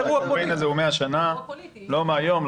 הקמפיין הזה הוא כבר 100 שנים ולא מהיום.